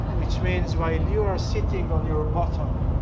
which means while you are sitting on your bottom